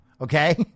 Okay